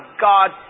God